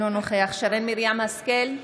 אינו נוכח שרן מרים השכל,